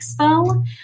expo